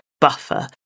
buffer